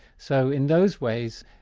so in those ways,